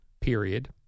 period